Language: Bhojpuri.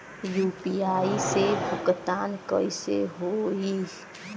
यू.पी.आई से भुगतान कइसे होहीं?